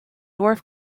dwarf